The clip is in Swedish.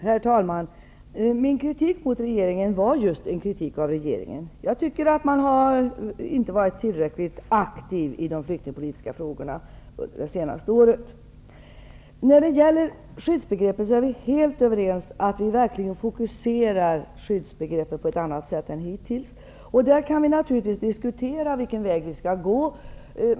Herr talman! Min kritik mot regeringen var just en kritik av regeringen. Jag tycker att man inte har varit tillräckligt aktiv i de flyktingpolitiska frågorna det senaste året. Att vi verkligen skall fokusera skyddsbegreppet på ett annat sätt än hittills är vi helt överens om. Där kan vi naturligtvis diskutera vilken väg vi skall gå.